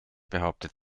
behauptet